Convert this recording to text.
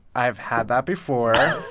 i've had that before.